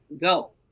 go